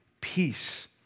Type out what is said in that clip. peace